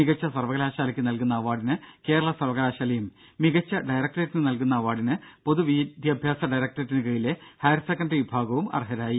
മികച്ച സർവകലാശാലയ്ക്ക് നൽകുന്ന അവാർഡിന് കേരള സർവകലാശാലയും മികച്ച ഡയറക്ടറേറ്റിന് നൽകുന്ന അവാർഡിന് പൊതുവിദ്യാഭ്യാസ ഡയറക്ടറേറ്റിന് കീഴിലെ ഹയർസെക്കന്ററി വിഭാഗവും അർഹരായി